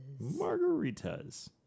Margaritas